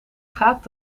gaat